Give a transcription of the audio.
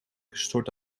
gestort